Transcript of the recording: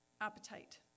Appetite